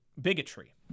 bigotry